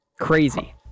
Crazy